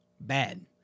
bad